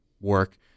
work